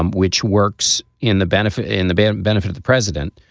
um which works in the benefit in the back benefit of the president,